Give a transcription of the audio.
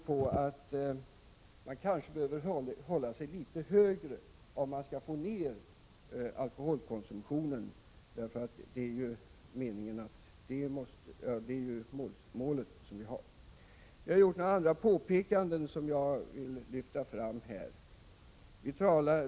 Men man måste kanske hålla sig på en litet högre nivå för att få ned alkoholkonsumtionen — det är ju ändå vårt mål. Vii socialutskottet har gjort ytterligare några påpekanden som jag vill lyfta fram här.